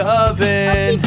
oven